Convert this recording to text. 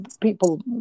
people